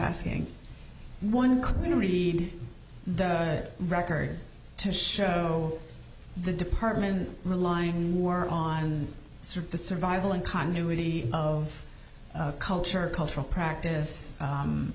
asking one could you read the record to show the department relying more on the survival and continuity of culture cultural practice